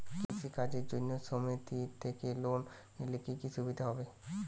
কৃষি কাজের জন্য সুমেতি থেকে লোন নিলে কি কি সুবিধা হবে?